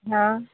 ହଁ